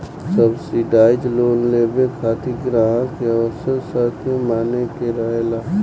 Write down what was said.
subsidise loan लेबे खातिर ग्राहक के आवश्यक शर्त के माने के रहेला